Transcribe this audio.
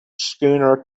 schooner